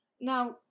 Now